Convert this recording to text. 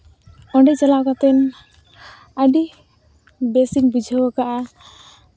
ᱚᱸᱰᱮ ᱪᱟᱞᱟᱣ ᱠᱟᱛᱮᱫ ᱟᱹᱰᱤ ᱵᱮᱥ ᱤᱧ ᱵᱩᱡᱷᱟᱹᱣ ᱟᱠᱟᱫᱼᱟ